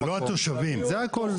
זה הכל.